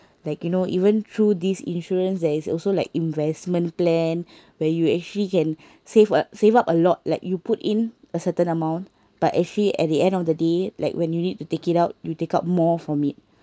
like you know even through these insurance there is also like investment plan where you actually can save save up a lot like you put in a certain amount but actually at the end of the day like when you need to take it out you take out more from it